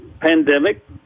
pandemic